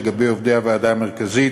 לגבי עובדי הוועדה המרכזית,